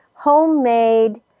homemade